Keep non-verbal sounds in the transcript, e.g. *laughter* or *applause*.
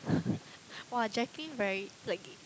*laughs* !wah! Jacqueline very like